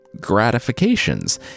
gratifications